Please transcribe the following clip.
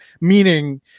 meaning